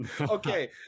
okay